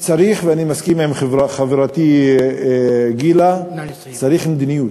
צריך, ואני מסכים עם חברתי גילה, צריך מדיניות,